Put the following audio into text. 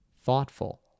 thoughtful